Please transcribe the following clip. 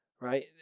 Right